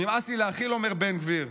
נמאס לי להכיל, אומר בן גביר.